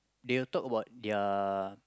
they will talk about their